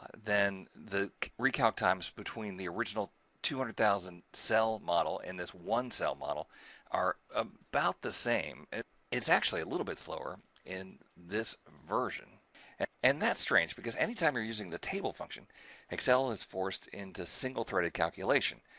then the recalc times between the original two hundred thousand cell model in this one cell model are about the same. it's actually a little bit slower in this version and that's strange, because anytime you're using the table function excel is forced into single threaded calculation.